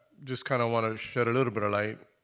just kind of want to shed a little bit of light.